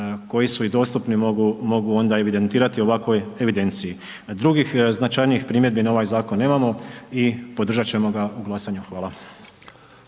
koji su i dostupni mogu onda evidentirati u ovakvoj evidenciji. Drugih značajnijih primjedbi na ovaj zakon nemamo i podržat ćemo ga u glasanju, hvala.